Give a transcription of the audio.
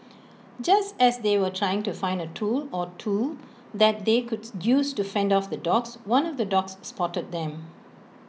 just as they were trying to find A tool or two that they could use to fend off the dogs one of the dogs spotted them